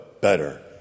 better